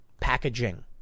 packaging